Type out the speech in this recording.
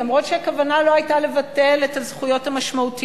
אף שהכוונה לא היתה לבטל את הזכויות המשמעותיות,